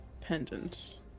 pendant